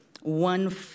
One